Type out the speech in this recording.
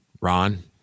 Ron